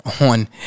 on